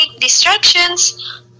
distractions